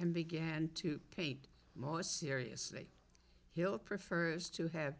and began to paint more seriously hill prefers to have